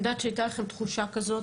אני יודעת שהייתה לכם תחושה כזו,